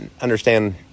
understand